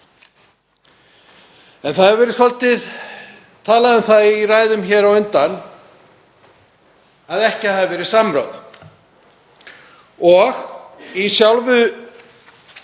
Það hefur verið svolítið talað um það í ræðum hér á undan að ekki hafi verið haft samráð og í sjálfu